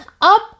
Up